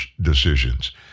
decisions